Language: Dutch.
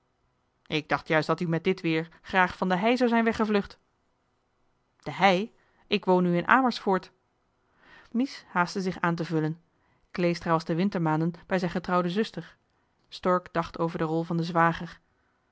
ik dacht juist dat u met dit weer graag van de hei zou zijn weggevlucht de hei ik woon nu in amersfoort mies haastte zich aan te vullen kleestra was de wintermaanden bij zijn getrouwde zuster stork dacht over de rol van den zwager